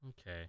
Okay